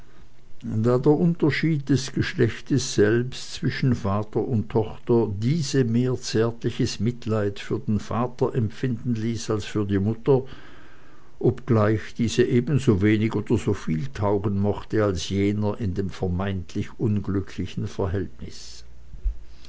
der unterschied des geschlechtes selbst zwischen vater und tochter diese mehr zärtliches mitleid für den vater empfinden ließ als für die mutter obgleich diese ebenso wenig oder so viel taugen mochte als jener in dem vermeintlich unglücklichen verhältnis